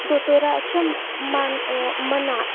दोतोराच्या मान मना